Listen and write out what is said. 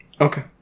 Okay